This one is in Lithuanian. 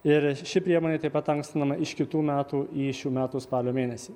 ir ši priemonė taip pat ankstinama iš kitų metų į šių metų spalio mėnesį